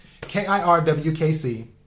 K-I-R-W-K-C